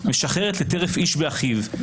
משחרת לטרף איש באחיו,